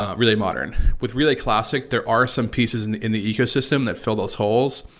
ah relay modern. with relay classic there are some pieces in in the ecosystem that fill those holes,